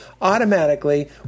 automatically